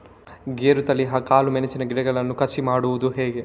ಗೇರುತಳಿ, ಕಾಳು ಮೆಣಸಿನ ಗಿಡಗಳನ್ನು ಕಸಿ ಮಾಡುವುದು ಹೇಗೆ?